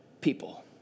people